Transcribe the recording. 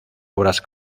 obras